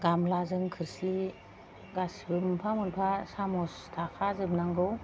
गामब्लाजों खोरस्लि गासिबो मोनफा मोनफा सामज थाखा जोबनांगौ